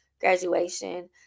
graduation